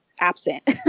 absent